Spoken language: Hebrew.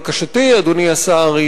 אדוני השר,